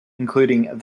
including